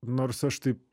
nors aš tai